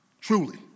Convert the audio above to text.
truly